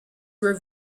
were